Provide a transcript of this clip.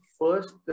first